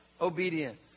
obedience